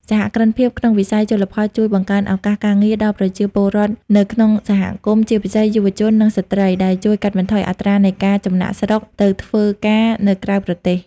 សហគ្រិនភាពក្នុងវិស័យជលផលជួយបង្កើតឱកាសការងារដល់ប្រជាពលរដ្ឋនៅក្នុងសហគមន៍ ជាពិសេសយុវជន និងស្ត្រី ដែលជួយកាត់បន្ថយអត្រានៃការចំណាកស្រុកទៅធ្វើការនៅក្រៅប្រទេស។